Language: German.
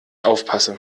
aufpasse